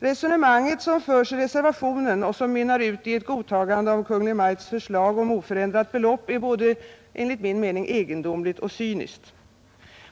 Resonemanget som förs i reservationen och som mynnar ut i ett godtagande av Kungl. Maj:ts förslag om oförändrat belopp är enligt min mening både egendomligt och cyniskt.